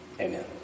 Amen